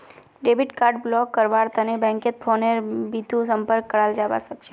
debit card block करव्वार तने बैंकत फोनेर बितु संपर्क कराल जाबा सखछे